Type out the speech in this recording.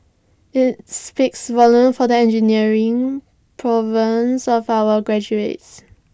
IT speaks volumes for the engineering prowess of our graduates